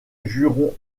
jurons